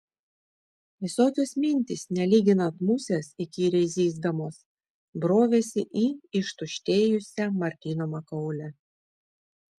visokios mintys nelyginant musės įkyriai zyzdamos brovėsi į ištuštėjusią martyno makaulę